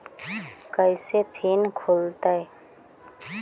कैसे फिन खुल तय?